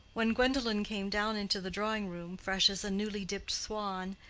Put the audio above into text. when gwendolen came down into the drawing-room, fresh as a newly-dipped swan,